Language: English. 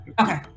Okay